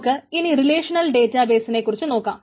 നമുക്ക് ഇനി റിലേഷണൽ ഡേറ്റാബേസിനെക്കുറിച്ച് നോക്കാം